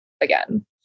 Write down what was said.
again